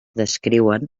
descriuen